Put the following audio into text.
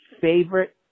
favorite